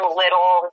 little